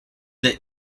that